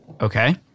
Okay